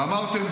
ואמרתם,